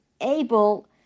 able